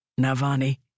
Navani